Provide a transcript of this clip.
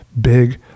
big